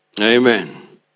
Amen